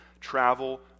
travel